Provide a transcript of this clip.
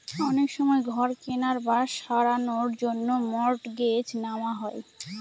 অনেক সময় ঘর কেনার বা সারানোর জন্য মর্টগেজ নেওয়া হয়